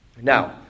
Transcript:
Now